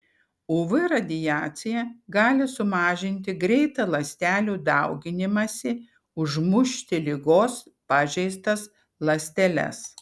uv radiacija gali sumažinti greitą ląstelių dauginimąsi užmušti ligos pažeistas ląsteles